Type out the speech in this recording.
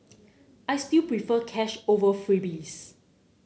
I still prefer cash over freebies